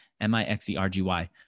M-I-X-E-R-G-Y